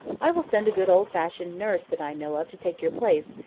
i will send a good old-fashioned nurse that i know of to take your place,